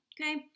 Okay